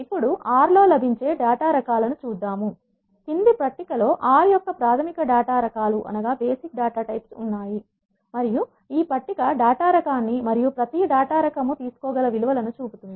ఇప్పుడు ఆర్ లో లభించే డేటా రకాలను చూద్దాం క్రింది పట్టిక లో ఆర్ R యొక్క ప్రాథమిక డేటా రకాలు ఉన్నాయి మరియు ఈ పట్టిక డేటా రకా న్ని మరియు ప్రతి డేటా రకం తీసుకో గల విలు వలను చూపుతుంది